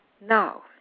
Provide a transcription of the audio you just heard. Now